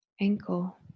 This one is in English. ankle